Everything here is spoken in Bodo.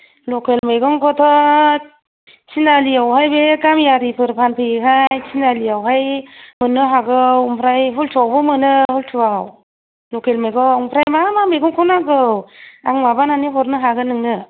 लकेल मैगंखौथ' थिनालियावहाय बे गामियारिफोर फानफैयोहाय थिनालियावहाय मोननो हागौ ओमफ्राय हुलथु आवबो मोनो हुलथुआव लकेल मैगं ओमफ्राय मा मा मैगंखौ नांगौ आं माबानानै हरनो हागोन नोंनो